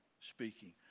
speaking